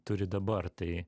turi dabar tai